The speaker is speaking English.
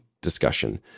discussion